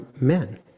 men